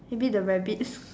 maybe the rabbit